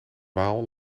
waal